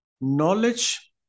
Knowledge